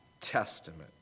Testament